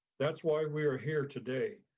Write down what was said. that's why we're here today,